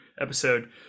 episode